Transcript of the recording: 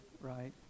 right